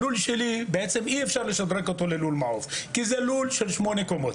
אי אפשר לשדרג את הלול שלי ללול למעוף כי זה לול של שמונה קמות.